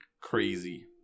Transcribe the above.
crazy